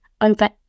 over